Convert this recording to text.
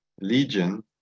legion